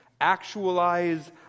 Actualize